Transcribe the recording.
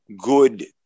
good